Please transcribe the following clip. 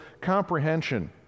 comprehension